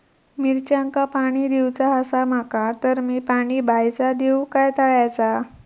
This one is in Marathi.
मिरचांका पाणी दिवचा आसा माका तर मी पाणी बायचा दिव काय तळ्याचा?